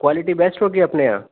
quality best ہوگی اپنے یہاں